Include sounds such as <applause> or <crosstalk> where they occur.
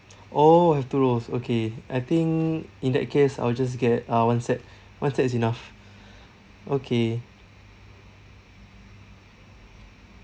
oh have two rolls okay I think in that case I'll just get uh one set one set is enough <breath> okay